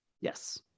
Yes